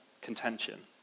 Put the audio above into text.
contention